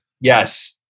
Yes